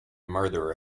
murderer